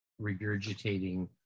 regurgitating